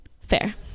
fair